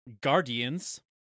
Guardians